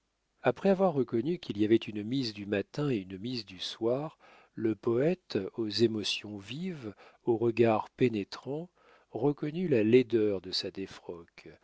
après avoir reconnu qu'il y avait une mise du matin et une mise du soir le poète aux émotions vives au regard pénétrant reconnut la laideur de sa défroque